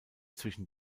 zwischen